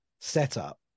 setup